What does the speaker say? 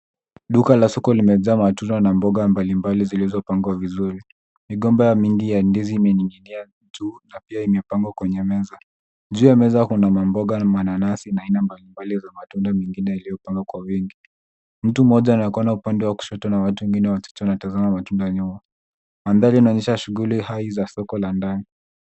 Duka la soko limejaa matunda na mboga mbalimbali zilizopangwa vizuri. Migomba mingi ya ndizi imening'inia tu na pia imepangwa kwenye meza. Juu ya meza kuna mamboga, mananasi na aina mbalimbali ya matunda mengine yaliyopangwa kwa wingi. Mtu mmoja anaonekana upande wa kushoto na watu wengi wachache wanatazama matunda nyuma. Mandhari yanaonyeha shughuli hai za soko la ndani.